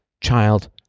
child